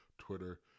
Twitter